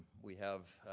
we have,